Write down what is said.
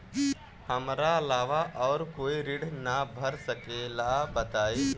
हमरा अलावा और कोई ऋण ना भर सकेला बताई?